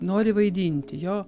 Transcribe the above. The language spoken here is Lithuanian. nori vaidinti jo